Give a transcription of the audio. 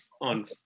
on